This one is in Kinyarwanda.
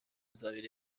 izabera